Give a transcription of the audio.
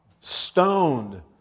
stoned